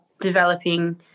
developing